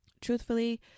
truthfully